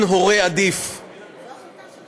הודיע, הנהן בראשו שהוא